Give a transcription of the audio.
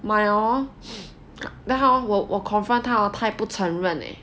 买了 hor then hor 我 confront 他 hor 他还不承认 eh